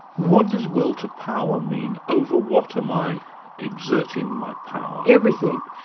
what does will to power mean? over what am i exerting my power? everything.